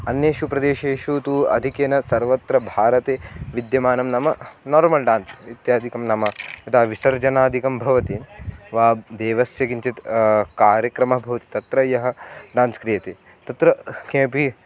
अन्येषु प्रदेशेषु तु अधिक्येन सर्वत्र भारते विद्यमानं नाम नार्मल् डान्स् इत्यादिकं नाम यदा विसर्जनादिकं भवति वा देवस्य किञ्चित् कार्यक्रमः भवति तत्र यः डान्स् क्रियते तत्र किमपि